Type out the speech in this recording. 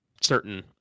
certain